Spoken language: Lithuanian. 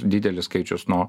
didelis skaičius nuo